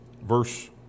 verse